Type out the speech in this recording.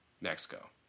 Mexico